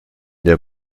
der